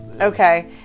Okay